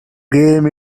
game